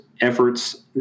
efforts